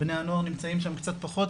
בני הנוער נמצאים שם קצת פחות,